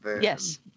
yes